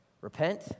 Repent